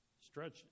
Stretch